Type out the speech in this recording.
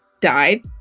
died